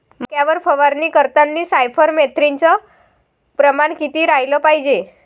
मक्यावर फवारनी करतांनी सायफर मेथ्रीनचं प्रमान किती रायलं पायजे?